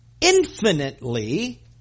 infinitely